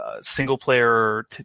single-player